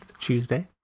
Tuesday